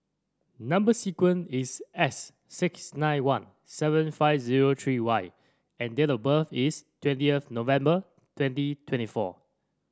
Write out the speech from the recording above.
number sequence is S six nine one seven five zero three Y and date of birth is twentieth November twenty twenty four